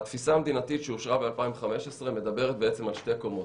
התפיסה המדינתית שאושרה בשנת 2015 מדברת על שתי קומות: